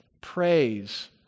Praise